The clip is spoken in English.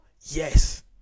yes